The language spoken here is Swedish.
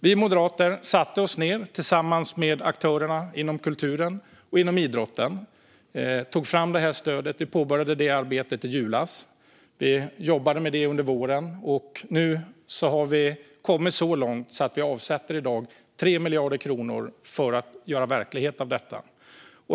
Vi moderater satte oss ned med aktörerna inom kulturen och idrotten och tog fram det här stödet. Vi påbörjade arbetet i julas och jobbade med det under våren. Nu har vi kommit så långt att vi i dag avsätter 3 miljarder kronor för att göra verklighet av detta.